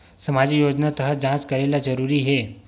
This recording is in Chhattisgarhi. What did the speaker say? सामजिक योजना तहत जांच करेला जरूरी हे